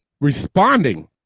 responding